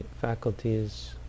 faculties